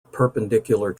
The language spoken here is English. perpendicular